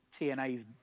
TNA's